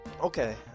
okay